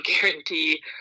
guarantee